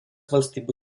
valstybių